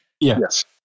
Yes